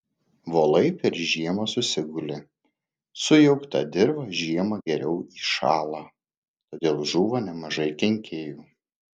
volai per žiemą susiguli sujaukta dirva žiemą geriau įšąla todėl žūva nemažai kenkėjų